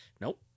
Nope